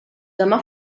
demà